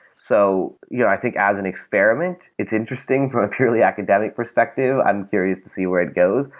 so yeah i think as an experiment, it's interesting from a purely academic perspective. i'm curious to see where it goes.